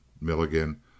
Milligan